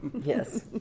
yes